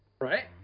Right